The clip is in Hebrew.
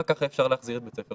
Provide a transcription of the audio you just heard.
רק ככה אפשר להחזיר את כל בית הספר.